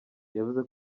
yavuze